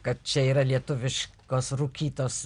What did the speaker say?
kad čia yra lietuviškos rūkytos